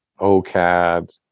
OCAD